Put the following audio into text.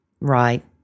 Right